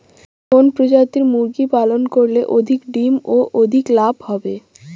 কোন প্রজাতির মুরগি পালন করলে অধিক ডিম ও অধিক লাভ হবে?